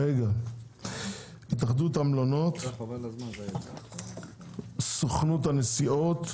התאחדות המלונות וסוכנות הנסיעות.